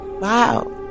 wow